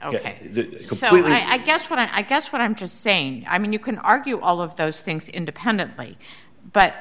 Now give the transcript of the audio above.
that i guess what i guess what i'm just saying i mean you can argue all of those things independently but